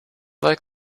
like